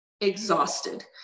exhausted